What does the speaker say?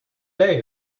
day